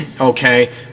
okay